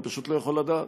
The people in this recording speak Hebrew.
ואני פשוט לא יכול לדעת.